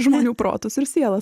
žmonių protus ir sielas